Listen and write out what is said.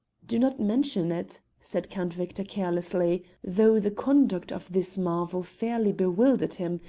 do not mention it, said count victor carelessly, though the conduct of this marvel fairly bewildered him,